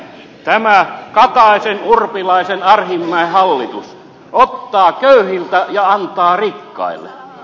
tämä kataisenurpilaisenarhinmäen hallitus ottaa köyhiltä ja antaa rikkaille